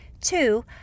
two